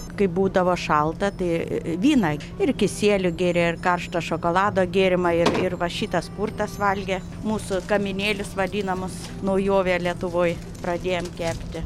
kaip būdavo šalta tai vyną ir kisielių gėrė ir karšto šokolado gėrimą ir ir va šitas spurtas valgė mūsų kaminėlis vadinamus naujovė lietuvoj pradėjom kepti